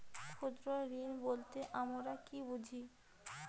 ক্ষুদ্র ঋণ বলতে আমরা কি বুঝি?